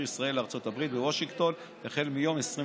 ישראל לארצות הברית בוושינגטון החל ביום 21